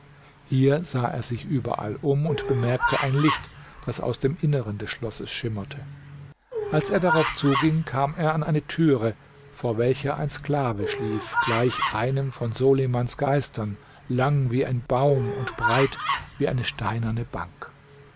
hier sah er sich überall um und bemerkte ein licht das aus dem inneren des schlosses schimmerte als er darauf zuging kam er an eine türe vor welcher ein sklave schlief gleich einem von solimans geistern lang wie ein baum und breit wie eine steinerne bank